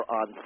on